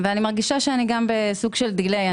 אני גם מרגישה שאני בסוג של דיליי.